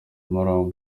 umurambo